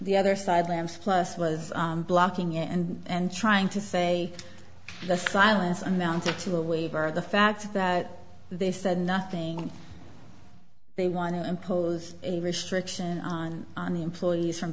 the other side lambs plus was blocking and and trying to say the silence amounted to a waiver of the fact that they said nothing they want to impose a restriction on the employees from